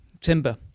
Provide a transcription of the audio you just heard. timber